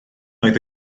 oedd